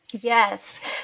Yes